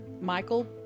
Michael